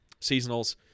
seasonals